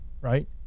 right